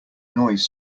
noise